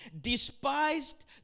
despised